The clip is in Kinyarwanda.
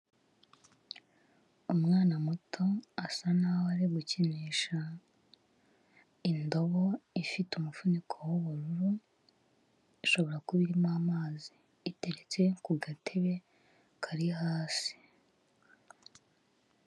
Umwana muto asa n'aho ari gukinisha indobo ifite umufuniko w'ubururu, ishobora kuba irimo amazi. Iteretse ku gatebe kari hasi.